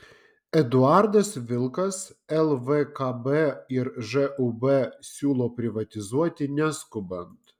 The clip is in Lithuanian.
eduardas vilkas lvkb ir žūb siūlo privatizuoti neskubant